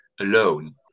alone